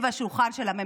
או סביב השולחן של הממשלה,